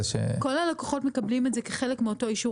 כל הלקוחות מקבלים את זה כחלק מאותו אישור